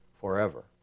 forever